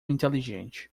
inteligente